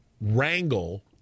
wrangle